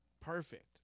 Perfect